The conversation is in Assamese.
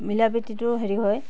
মিলাপ্ৰীতিটো হেৰি হয়